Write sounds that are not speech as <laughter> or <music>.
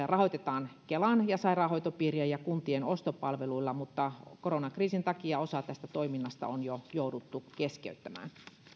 <unintelligible> rahoitetaan pääasiallisesti kelan ja sairaanhoitopiirien ja kuntien ostopalveluilla mutta koronakriisin takia osa tästä toiminnasta on jo jouduttu keskeyttämään